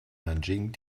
nanjing